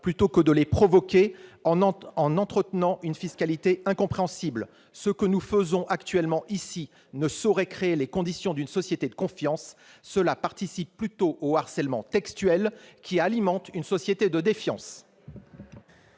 plutôt que de les provoquer en entretenant une fiscalité incompréhensible. Ce que nous faisons actuellement ici ne saurait créer les conditions d'une société de confiance. Cela participe plutôt au harcèlement textuel qui alimente une société de défiance.